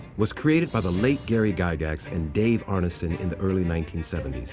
was created by the late gary gygax and dave arneson in the early nineteen seventy